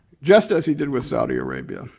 just as he did with saudi arabia,